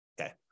Okay